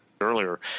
earlier